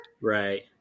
Right